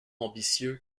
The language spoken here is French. ambitieux